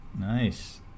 Nice